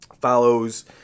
Follows